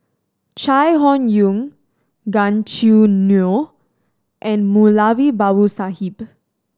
Chai Hon Yoong Gan Choo Neo and Moulavi Babu Sahib